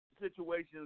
situations